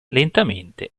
lentamente